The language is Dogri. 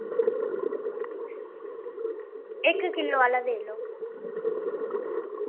इक किल्लो आह्ला देई लो